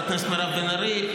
חברת הכנסת מירב בן ארי,